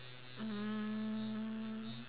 um